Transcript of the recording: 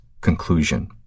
conclusion